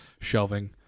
shelving